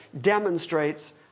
demonstrates